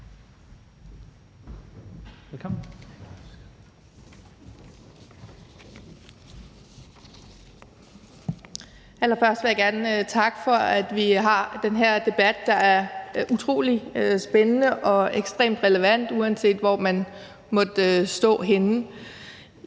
takke for, at vi har den her debat, der er utrolig spændende og ekstremt relevant, uanset hvor man måtte stå henne.